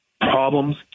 problems